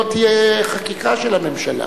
לא תהיה חקיקה של הממשלה,